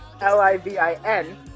L-I-V-I-N